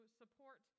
support